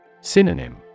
Synonym